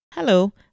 Hello